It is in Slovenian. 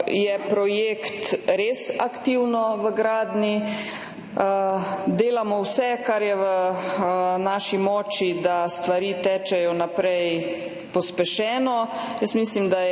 je projekt res aktivno v gradnji. Delamo vse, kar je v naši moči, da stvari tečejo naprej pospešeno. Jaz nimam